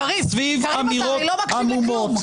קריב, הרי אתה לא מקשיב לכלום.